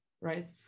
right